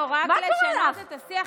לא, רק לשנות את השיח.